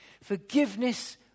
Forgiveness